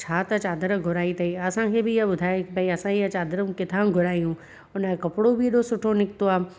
छा त चादरु घुराई अथई असांखे बि ईअ ॿुधाई भई असां ईअ चादरु किथां घुरायूं उनजो कपिड़ो बि एॾो सुठो निकितो आहे